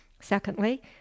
secondly